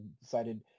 decided